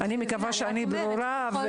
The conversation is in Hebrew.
אני מקווה שאני ברורה.